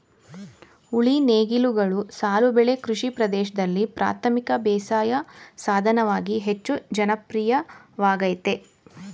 ಉಳಿ ನೇಗಿಲುಗಳು ಸಾಲು ಬೆಳೆ ಕೃಷಿ ಪ್ರದೇಶ್ದಲ್ಲಿ ಪ್ರಾಥಮಿಕ ಬೇಸಾಯ ಸಾಧನವಾಗಿ ಹೆಚ್ಚು ಜನಪ್ರಿಯವಾಗಯ್ತೆ